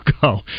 go